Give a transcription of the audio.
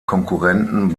konkurrenten